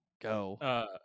Go